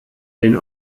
den